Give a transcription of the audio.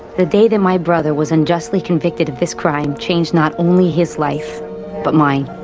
the day that my brother was unjustly convicted of this crime changed not only his life but mine.